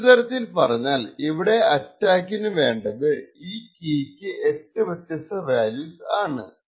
മറ്റൊരുതരത്തിൽ പറഞ്ഞാൽ ഇവിടെ അറ്റാക്കറിനു വേണ്ടത് ഈ കീയ്ക്ക് എട്ട് വ്യത്യസ്ത വാല്യൂസ് ആണ്